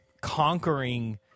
conquering